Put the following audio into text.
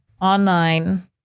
Online